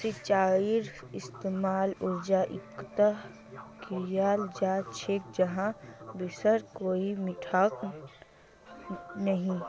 सिंचाईर इस्तेमाल उला इलाकात कियाल जा छे जहां बर्षार कोई ठिकाना नी